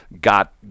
got